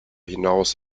hinaus